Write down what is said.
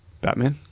Batman